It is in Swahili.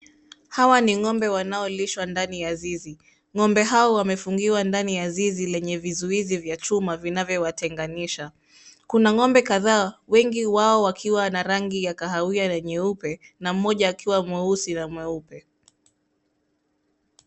Hawa ni ng'ombe wanaolishwa ndani ya zizi. Ng'ombe hao wamefungiwa ndani ya zizi lenye vizuizi vya chuma vinavyo watenganisha, kuna ng'ombe kadhaa wengi wao wakiwa na rangi ya kahawia na nyeupe na mmoja akiwa mweusi na mweupe.